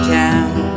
town